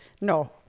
no